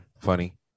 funny